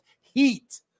heat